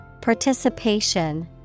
Participation